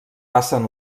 passen